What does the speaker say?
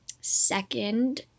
second